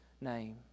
name